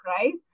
right